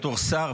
בתור שר,